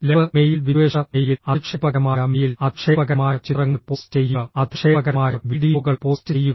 love mail വിദ്വേഷ mail അധിക്ഷേപകരമായ mail അധിക്ഷേപകരമായ ചിത്രങ്ങൾ പോസ്റ്റ് ചെയ്യുക അധിക്ഷേപകരമായ വീഡിയോകൾ പോസ്റ്റ് ചെയ്യുക